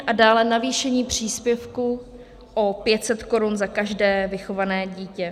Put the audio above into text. A dále navýšení příspěvku o 500 korun za každé vychované dítě.